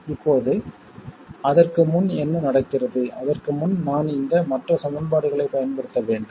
இப்போது அதற்கு முன் என்ன நடக்கிறது அதற்கு முன் நான் இந்த மற்ற சமன்பாடுகளைப் பயன்படுத்த வேண்டும்